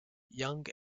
young